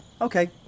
Okay